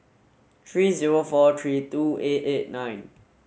three zero four three two eight eight nine